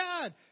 God